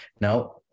Now